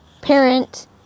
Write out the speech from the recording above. parent